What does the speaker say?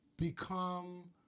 become